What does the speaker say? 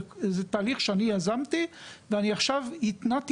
זה תהליך שאני יזמתי ועכשיו התנעתי